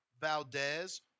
Valdez